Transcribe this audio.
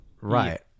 Right